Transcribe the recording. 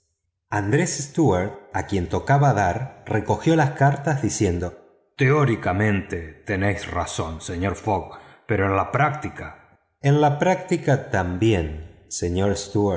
andrés stuart a quien tocaba dar recogió las cartas diciendo teóricamente tenéis razón señor fogg pero en la práctica en la práctica también señor